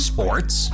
Sports